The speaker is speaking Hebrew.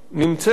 נמצאת